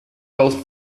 filter